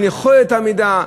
אין יכולת עמידה,